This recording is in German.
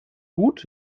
gut